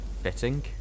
Fitting